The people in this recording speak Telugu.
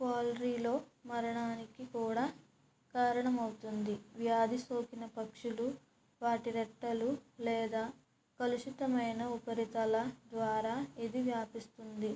పౌల్ట్రీలో మరణానికి కూడా కారణమవుతుంది వ్యాధి సోకిన పక్షులు వాటి రెట్టలు లేదా కలుషితమైన ఉపరితల ద్వారా ఇది వ్యాపిస్తుంది